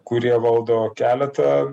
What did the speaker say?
kurie valdo keletą